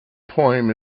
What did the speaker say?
poem